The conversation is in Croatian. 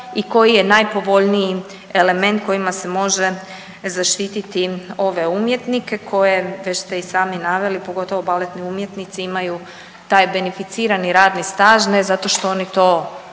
i koji je najpovoljniji element kojima se može zaštititi ove umjetnike koje već ste i sami naveli pogotovo baletni umjetnici taj beneficirani radni staž, ne zato što oni to